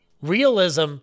Realism